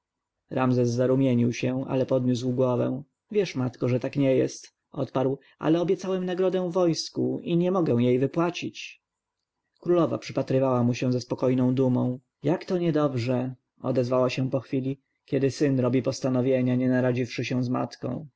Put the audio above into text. ramzes zarumienił się ale podniósł głowę wiesz matko że tak nie jest odparł ale obiecałem nagrodę wojsku i nie mogę jej wypłacić królowa przypatrywała mu się ze spokojną dumą jak to niedobrze odezwała się po chwili kiedy syn robi postanowienia nie naradziwszy się z matką